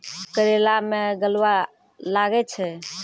करेला मैं गलवा लागे छ?